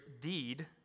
deed